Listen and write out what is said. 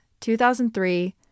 2003